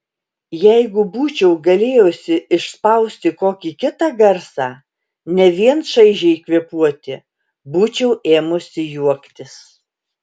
jeigu būčiau galėjusi išspausti kokį kitą garsą ne vien šaižiai kvėpuoti būčiau ėmusi juoktis